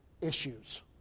issues